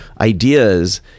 ideas